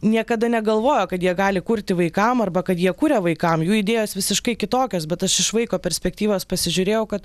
niekada negalvojo kad jie gali kurti vaikam arba kad jie kuria vaikam jų idėjos visiškai kitokios bet aš iš vaiko perspektyvos pasižiūrėjau kad